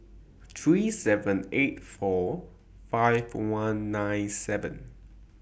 three seven eight four five one nine seven